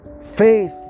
faith